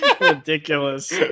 Ridiculous